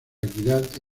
equidad